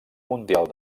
mundial